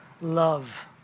love